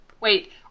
Wait